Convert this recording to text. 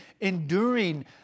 enduring